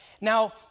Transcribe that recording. Now